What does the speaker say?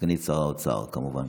סגנית שר האוצר, כמובן.